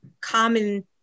common